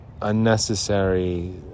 unnecessary